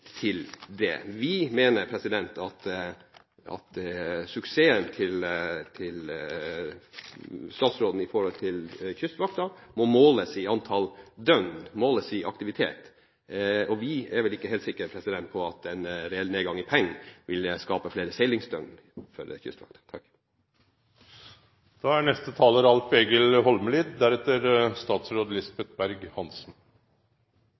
ved det. Vi mener at suksessen til statsråden når det gjelder Kystvakten, må måles i antall døgn – måles i aktivitet. Vi er vel ikke helt sikre på at en reell nedgang i penger vil skape flere seilingsdøgn for Kystvakten. 90 pst. av dei fiskeressursane som vi haustar av, er